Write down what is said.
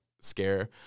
scare